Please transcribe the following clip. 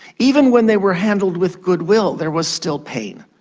even when they were handled with goodwill there was still pain.